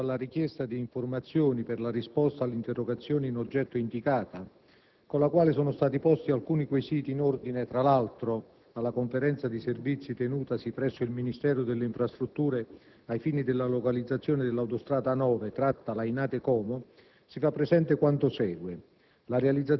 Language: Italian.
in esito alla richiesta di informazioni per la risposta all'interrogazione in oggetto, con la quale sono stati posti alcuni quesiti in ordine, tra l'altro, alla conferenza di servizi tenutasi presso il Ministero delle infrastrutture ai fini della localizzazione dell'autostrada A9, tratta Lainate-Como, si fa presente quanto segue.